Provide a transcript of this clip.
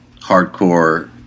hardcore